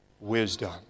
wisdom